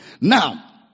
Now